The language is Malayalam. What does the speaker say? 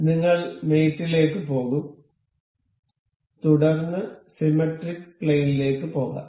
അതിനാൽ നിങ്ങൾ മേറ്റ് ലേക്ക് പോകുംതുടർന്ന് സിമെട്രിക് പ്ലെയിൻ ലേക്ക് പോകാം